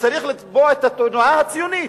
צריך לתבוע את התנועה הציונית.